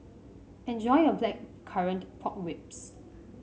enjoy your Blackcurrant Pork Ribs